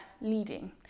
leading